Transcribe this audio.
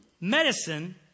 Medicine